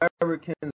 Americans